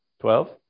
Twelve